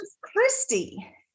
Christy